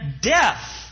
death